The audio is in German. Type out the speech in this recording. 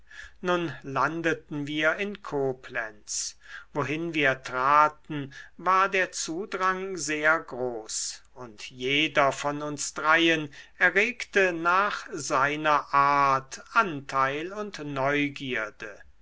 nun landeten wir in koblenz wohin wir traten war der zudrang sehr groß und jeder von uns dreien erregte nach seiner art anteil und neugierde